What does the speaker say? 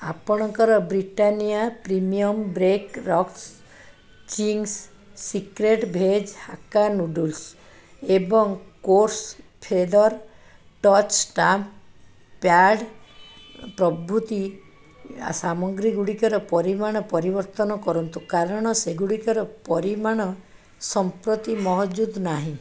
ଆପଣଙ୍କର Britannia premium break rocks Ching's secret veg hakka noodles ଏବଂ Kores feather touch stamp pad ପ୍ରଭୁତି ସାମଗ୍ରୀ ଗୁଡ଼ିକର ପରିମାଣ ପରିବର୍ତ୍ତନ କରନ୍ତୁ କାରଣ ସେଗୁଡ଼ିକର ପରିମାଣ ସମ୍ପ୍ରତି ମହଜୁଦ ନାହିଁ